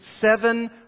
seven